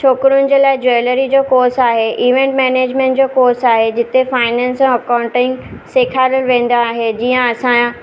छोकिरुनि जे लाइ ज्वैलरी जो कोर्स आहे इवेंट मेनेजमेंट जो कोर्स आहे जिते फाइनेंस अकाउंटिंग सेखारियो वेंदा आहे जीअं असां